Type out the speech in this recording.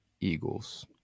Eagles